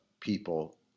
people